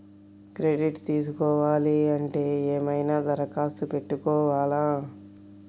Credit తీసుకోవాలి అంటే ఏమైనా దరఖాస్తు పెట్టుకోవాలా?